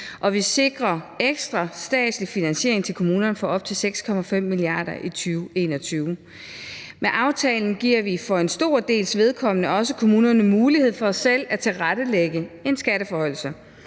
og vi sikrer ekstra statslig finansiering til kommunerne på op til 6,5 mia. kr. i 2021. Med aftalen giver vi for en stor dels vedkommende også kommunerne mulighed for selv at tilrettelægge en skatteforhøjelse.